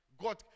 god